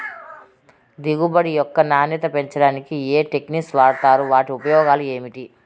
దిగుబడి యొక్క నాణ్యత పెంచడానికి ఏ టెక్నిక్స్ వాడుతారు వాటి ఉపయోగాలు ఏమిటి?